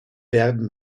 werden